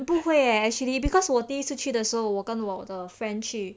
不会 eh actually because 我第一去的时候我跟我的 friend 去